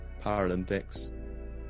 Paralympics